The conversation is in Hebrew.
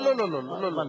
לא, לא, לא.